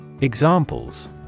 Examples